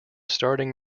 starting